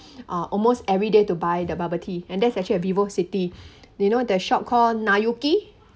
uh almost every day to buy the bubble tea and that's actually at vivocity you know the shop called nayuki